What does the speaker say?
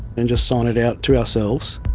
and just sign it out to ourselves,